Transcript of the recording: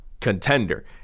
contender